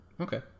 Okay